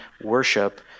worship